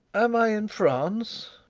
am i in france?